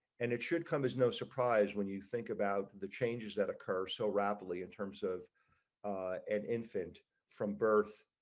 and it should come as no surprise when you think about the changes that occur so rapidly in terms of and infant from birth.